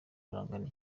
barangana